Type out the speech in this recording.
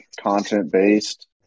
content-based